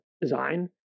design